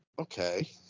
Okay